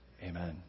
Amen